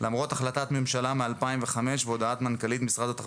בנושא של תחזוקת כבישים המלצנו שמשרד האוצר,